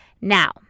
Now